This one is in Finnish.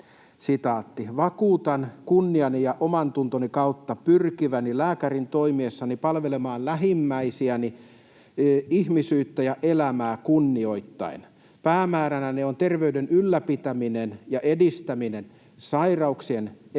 ”Vakuutan kunniani ja omantuntoni kautta pyrkiväni lääkärintoimessani palvelemaan lähimmäisiäni ihmisyyttä ja elämää kunnioittaen. Päämääränäni on terveyden ylläpitäminen ja edistäminen, sairauksien ehkäiseminen